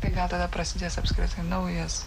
tai ką tada prasidės apskritai naujas